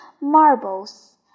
marbles